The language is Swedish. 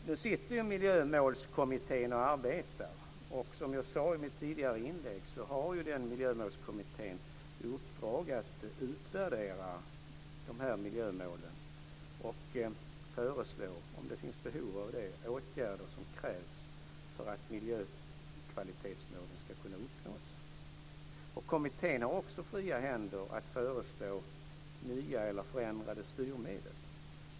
Nu sitter ju Miljölmålskommittén och arbetar, och som jag sade i mitt tidigare inlägg har ju Miljömålskommittén i uppdrag att utvärdera de här miljömålen och om det finns behov av det föreslå åtgärder som krävs för att miljökvalitetsmålen ska kunna uppnås. Kommittén har också fria händer att föreslå nya eller förändrade styrmedel.